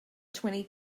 twenty